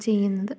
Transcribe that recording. ചെയ്യുന്നത്